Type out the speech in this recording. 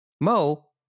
Mo